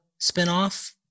spinoff